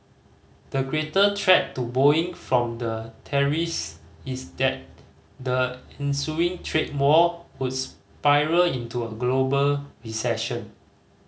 the greater threat to Boeing from the tariffs is that the ensuing trade war would spiral into a global recession